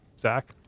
Zach